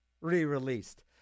re-released